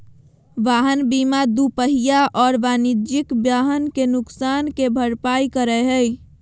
वाहन बीमा दूपहिया और वाणिज्यिक वाहन के नुकसान के भरपाई करै हइ